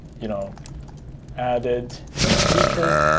you know added new feature,